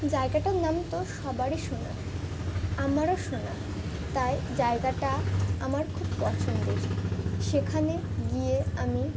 জায়গাটার নাম তো সবারই শোনা আমারও শোনা তাই জায়গাটা আমার খুব পছন্দের সেখানে গিয়ে আমি